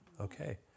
Okay